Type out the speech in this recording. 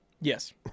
Yes